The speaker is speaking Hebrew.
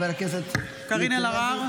חברי הכנסת מיקי לוי וקארין אלהרר?